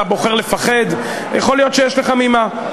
אתה בוחר לפחד, יכול להיות שיש לך ממה.